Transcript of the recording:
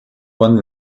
von